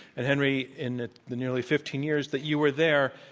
and henry, in the nearly fifteen years that you were there,